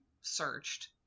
searched